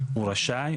הוא רשאי,